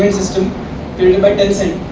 um system created by tencent